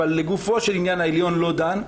אבל לגופו של עניין העליון לא דן,